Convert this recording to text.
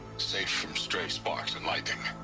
safe from stray sparks and lightning.